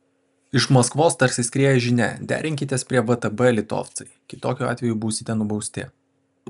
iš maskvos tarsi skrieja žinia derinkitės prie vtb litovcai kitokiu atveju būsite nubausti